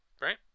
right